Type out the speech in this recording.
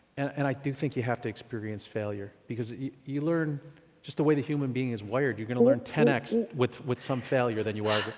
and i do think you have to experience failure because you learn just the way the human being is wired, you're gonna learn ten x with with some failure than you are,